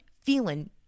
feeling